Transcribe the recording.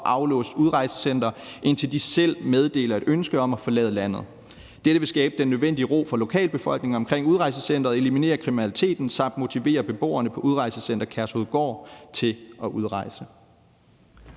og aflåst udrejsecenter, indtil de selv meddeler et ønske om at forlade landet. Dette vil skabe den nødvendige ro for lokalbefolkningen omkring udrejsecenteret, eliminere kriminaliteten samt motivere beboerne på Udrejsecenter Kærshovedgård til at udrejse.«